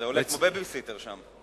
זה עולה כמו בייביסיטר שם.